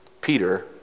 Peter